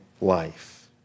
life